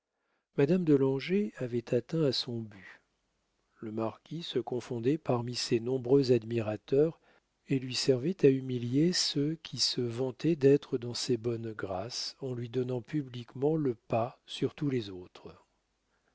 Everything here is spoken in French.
madame de langeais avait atteint à son but le marquis se confondait parmi ses nombreux admirateurs et lui servait à humilier ceux qui se vantaient d'être dans ses bonnes grâces en lui donnant publiquement le pas sur tous les autres